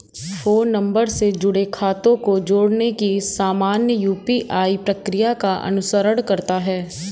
phone number से जुड़े खातों को जोड़ने की सामान्य यू.पी.आई प्रक्रिया का अनुसरण करता है